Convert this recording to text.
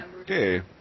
Okay